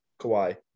Kawhi